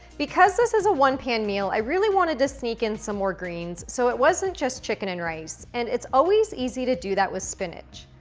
because this is a one-pan meal, i really wanted to sneak in some more greens, so it wasn't just chicken and rice. and it's always easy to do that with spinach.